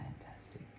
fantastic